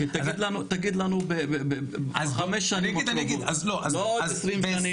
תגיד לנו בחמש שנים הקרובות, לא עוד 20 שנים.